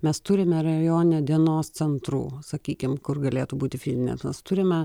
mes turime rajone dienos centrų sakykim kur galėtų būti fitnesas turime